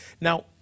Now